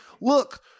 look